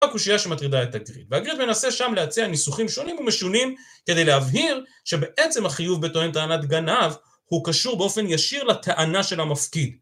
רק קושיה שמטרידה את הגריד והגריד מנסה שם להציע ניסוחים שונים ומשונים כדי להבהיר שבעצם החיוב בתואם טענת גנב הוא קשור באופן ישיר לטענה של המפקיד